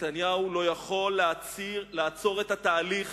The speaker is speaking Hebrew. נתניהו לא יכול לעצור את התהליך